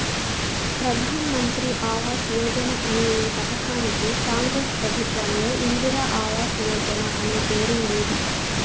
ప్రధాన్ మంత్రి ఆవాస్ యోజన అనే ఈ పథకానికి కాంగ్రెస్ ప్రభుత్వంలో ఇందిరా ఆవాస్ యోజన అనే పేరుండేది